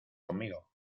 conmigo